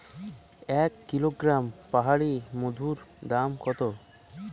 এক কিলোগ্রাম পাহাড়ী মধুর দাম কত?